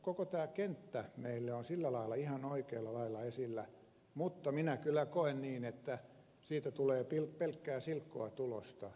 koko tämä kenttä on meille sillä lailla ihan oikealla lailla esillä mutta minä kyllä koen niin että siitä tulee pelkkää silkkoa tulosta